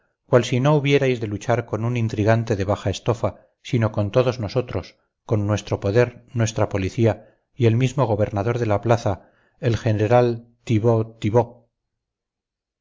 cual si no hubierais de luchar con un intrigante de baja estofa sino con todos nosotros con nuestro poder nuestra policía y el mismo gobernador de la plaza el general